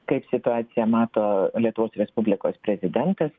kaip situaciją mato lietuvos respublikos prezidentas